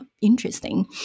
interesting